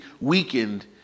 weakened